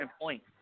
point